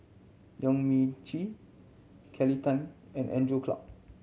Yong Mun Chee Kelly Tang and Andrew Clarke